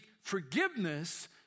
forgiveness